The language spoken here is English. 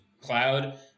Cloud